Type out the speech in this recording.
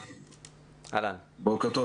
טוב,